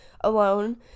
alone